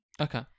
Okay